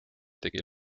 tegi